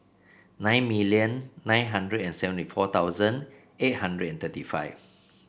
nine million nine hundred and seventy four thousand eight hundred and thirty five